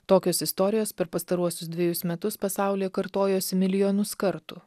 tokios istorijos per pastaruosius dvejus metus pasaulyje kartojosi milijonus kartų